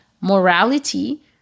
morality